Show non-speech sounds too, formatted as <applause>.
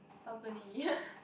properly <laughs>